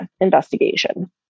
investigation